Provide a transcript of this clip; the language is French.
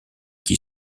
qui